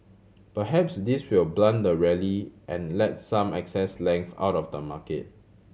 perhaps this will blunt the rally and let some excess length out of the market